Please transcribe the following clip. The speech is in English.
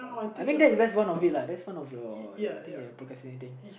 I mean that is that's one of it lah that is one your your thing you're procrastinating